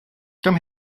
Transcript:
come